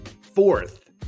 Fourth